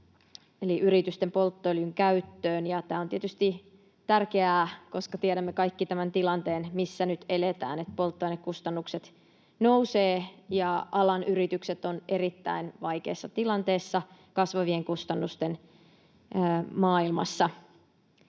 eli yritysten polttoöljyn käyttöön. Ja tämä on tietysti tärkeää, koska tiedämme kaikki tämän tilanteen, missä nyt eletään — että polttoainekustannukset nousevat ja alan yritykset ovat erittäin vaikeassa tilanteessa kasvavien kustannusten maailmassa.